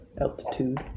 altitude